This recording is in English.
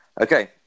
Okay